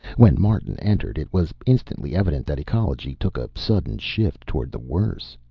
when martin entered, it was instantly evident that ecology took a sudden shift toward the worse.